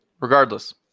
Regardless